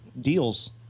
deals